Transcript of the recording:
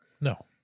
no